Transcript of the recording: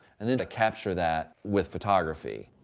and then to capture that with photography.